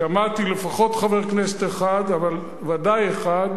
שמעתי לפחות חבר כנסת אחד אבל ודאי אחד,